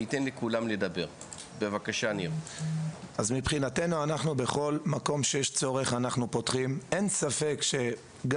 אני אמרתי, מרכזי שירות אנחנו יכולים אך ורק